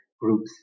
groups